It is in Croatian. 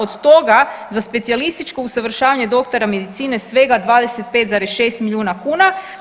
Od toga za specijalističko usavršavanje doktora medicine svega 25,6 milijuna kuna.